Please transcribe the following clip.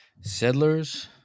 Settlers